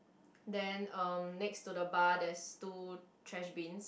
then um next to the bar there is two trash bin